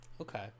Okay